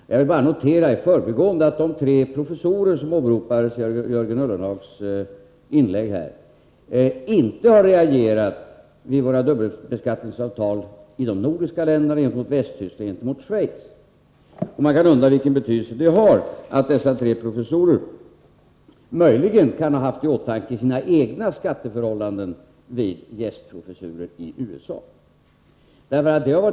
Jag vill bara i förbigående notera att de tre professorer som åberopades i Jörgen Ullenhags inlägg nyss inte har reagerat över de dubbelbeskattningsavtal som tecknats med de nordiska länderna och med Västtyskland och Schweiz. Man kan undra vilken betydelse det har att dessa tre professorer möjligen kan ha haft i åtanke sina egna skatteförhållanden då de uppehåller gästprofessurer i USA.